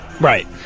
right